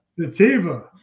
Sativa